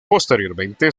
posteriormente